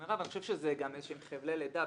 מירב, אני חושב שזה גם איזה שהם חבלי לידה.